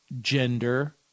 gender